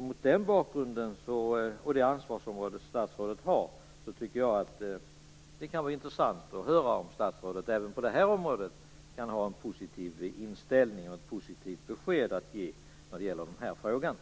Mot den bakgrunden, och det ansvarsområde statsrådet har, tycker jag att det kan vara intressant att höra om statsrådet även på det här området kan ha ett positivt besked att ge. Jag tycker